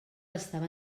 estava